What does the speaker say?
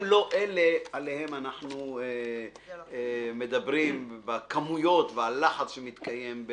הם לא אלה עליהם אנחנו מדברים בכמויות והלחץ שמתקיים.